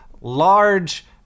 large